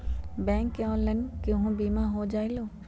Bank से online केहु बिमा हो जाईलु?